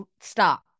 stop